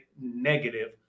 negative